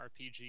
RPG